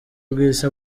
rw’isi